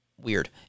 weird